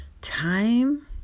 time